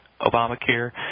Obamacare